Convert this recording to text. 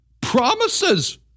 Promises